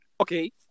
Okay